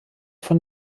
von